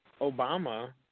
Obama